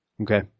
Okay